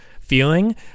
feeling